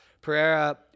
Pereira